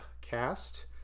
cast